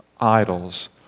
idols